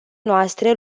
noastre